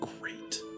great